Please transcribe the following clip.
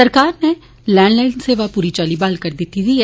सरकार नै लेंडलाईन सेवा पूरी चाली ब्हाल करी दिती दी ऐ